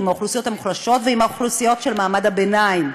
עם האוכלוסיות המוחלשות ועם האוכלוסיות של מעמד הביניים.